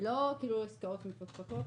ולא עסקאות מפוקפקות,